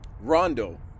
Rondo